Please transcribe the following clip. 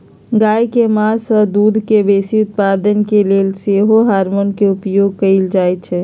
गाय के मास आऽ दूध के बेशी उत्पादन के लेल सेहो हार्मोन के उपयोग कएल जाइ छइ